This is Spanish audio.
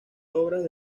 obras